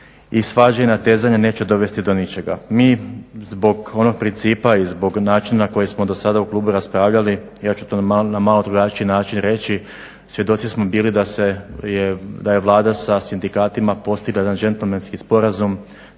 i svađe i natezanja neće dovesti do ničega. Mi zbog onog principa i zbog načina na koji smo do sada u klubu raspravljali ja ću to na malo drugačiji način reći. Svjedoci smo bili da je Vlada sa sindikatima postigla jedan gentlemanski sporazum